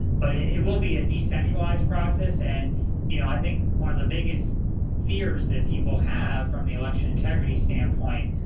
but it will be a decentralized process and you know i think one of the biggest fears that people have from the election integrity standpoint,